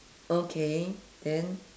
okay then